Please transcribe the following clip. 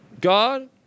God